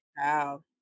Wow